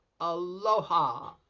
aloha